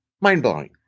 Mind-blowing